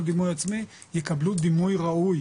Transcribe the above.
יקבלו דימוי ראוי,